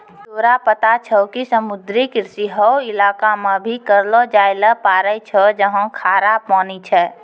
तोरा पता छौं कि समुद्री कृषि हौ इलाका मॅ भी करलो जाय ल पारै छौ जहाँ खारा पानी छै